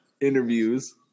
interviews